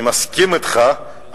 אני מסכים אתך,